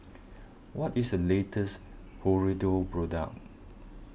what is the latest Hirudoid product